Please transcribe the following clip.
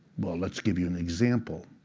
well, let's give you an example.